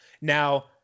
Now